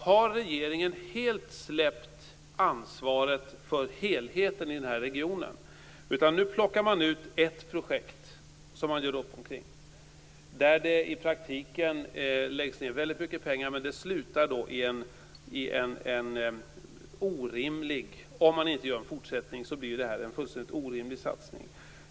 Har regeringen helt släppt ansvaret för helheten i regionen? Nu plockas fram ett projekt i en uppgörelse. Det läggs ned mycket pengar, men slutar i en orimlig satsning.